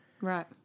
Right